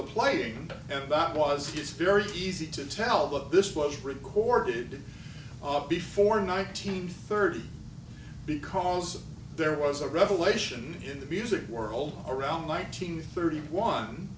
the playing and that was just very easy to tell that this was recorded before nineteen thirty because there was a revelation in the music world around nineteen thirty one